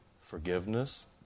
forgiveness